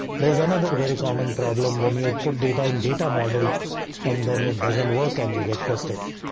there's another very common problem when you put data in data model and then it doesn't work and you get frustrated.